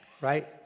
right